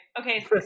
okay